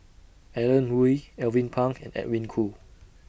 Alan Oei Alvin Pang and Edwin Koo